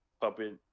puppet